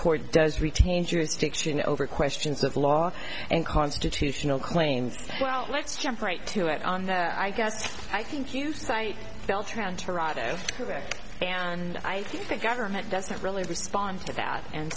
court does retain jurisdiction over questions of law and constitutional claims well let's jump right to it on the i guess i think you cite felt around toronto and i think government doesn't really respond to that and